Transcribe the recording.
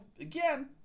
again